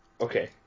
Okay